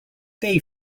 they